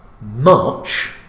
March